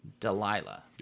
Delilah